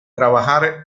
trabajar